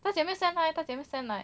他讲会 send 来他讲会 send 来